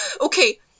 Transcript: Okay